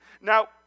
Now